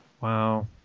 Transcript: Wow